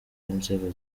inzego